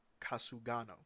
Kasugano